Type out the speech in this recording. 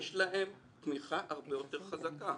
יש להם תמיכה הרבה יותר חזקה.